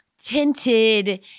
tinted